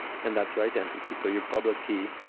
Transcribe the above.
and that's your identity. so your public-key,